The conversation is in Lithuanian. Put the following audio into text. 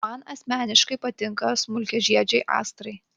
man asmeniškai patinka smulkiažiedžiai astrai